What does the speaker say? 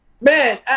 Man